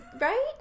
right